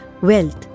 wealth